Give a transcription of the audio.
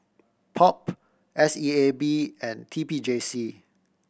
POP S E A B and T P J C